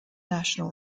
national